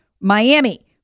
Miami